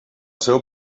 seu